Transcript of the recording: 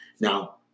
Now